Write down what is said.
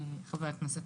חבר הכנסת